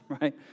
right